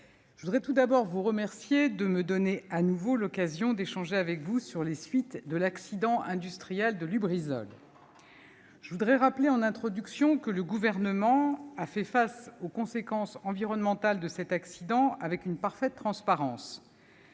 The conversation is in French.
je souhaite d'abord vous remercier de me donner de nouveau l'occasion d'échanger avec vous sur les suites de l'accident industriel de Lubrizol. Je veux rappeler, à titre d'introduction, que le Gouvernement a fait face aux conséquences environnementales de cet accident avec une parfaite transparence.